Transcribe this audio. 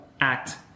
act